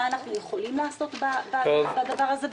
מה אנחנו יכולים לעשות בדבר הזה.